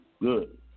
Good